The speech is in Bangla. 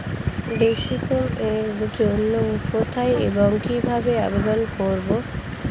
ডে স্কিম এর জন্য কোথায় এবং কিভাবে আবেদন করব?